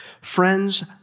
Friends